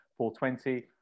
420